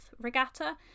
regatta